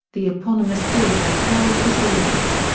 the eponymous boys like girls was released.